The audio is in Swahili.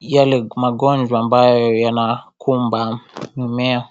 yale magonjwa ambayo yanakumba mimea.